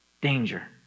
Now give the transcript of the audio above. danger